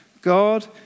God